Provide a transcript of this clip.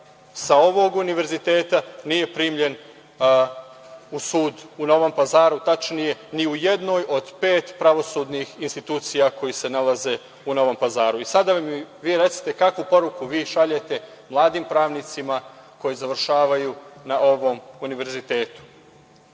sa ovog Univerziteta nije primljen u sud u Novom Pazaru, tačnije ni u jednoj od pet pravosudnih institucija koje se nalaze u Novom Pazaru. Sada mi vi recite - kakvu poruku vi šaljete mladim pravnicima koji završavaju na ovom Univerzitetu?